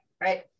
Right